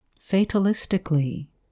fatalistically